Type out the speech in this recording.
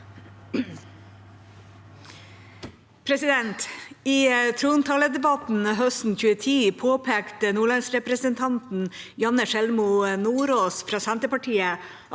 I trontaledebatten høsten 2010 påpekte Nordlands-representanten Janne Sjelmo Nordås fra Senterpartiet